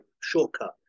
shortcut